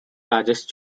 largest